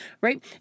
right